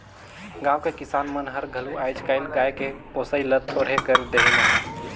गाँव के किसान मन हर घलो आयज कायल गाय के पोसई ल थोरहें कर देहिनहे